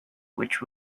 which